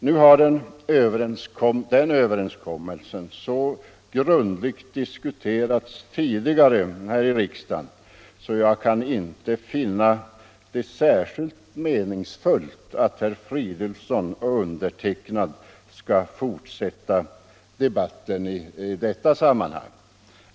Nu har den överenskommelsen så grundligt diskuterats tidigare här i riksdagen att jag inte kan finna det särskilt meningsfullt att herr Fridolfsson och jag skall fortsätta den debatten i detta sammanhang.